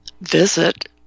visit